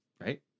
Right